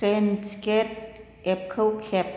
train ticket एपखौ खेव